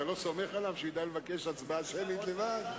אתה לא סומך עליו שידע לבקש הצבעה שמית לבד?